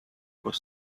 was